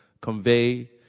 convey